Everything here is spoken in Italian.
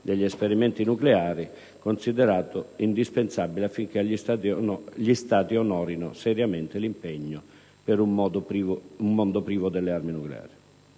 degli esperimenti nucleari, considerato indispensabile affinché gli Stati onorino seriamente l'impegno per un mondo privo delle armi nucleari.